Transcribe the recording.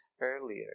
earlier